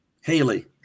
Haley